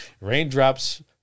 raindrops